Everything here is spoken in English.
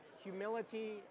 humility